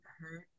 hurt